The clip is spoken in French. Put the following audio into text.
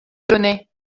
delaunay